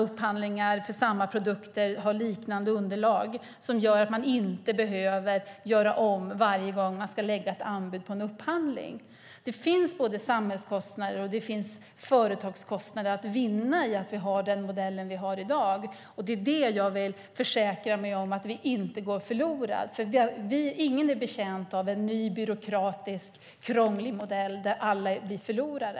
Upphandlingar för samma produkter kan ha liknande underlag. Det gör att man inte behöver göra om varje gång man ska lägga ett anbud vid en upphandling. Det finns samhällskostnader och företagskostnader att vinna på att vi har den modell vi har i dag. Jag vill försäkra mig om att det inte går förlorat. Ingen är betjänt av en ny byråkratisk, krånglig modell där alla blir förlorare.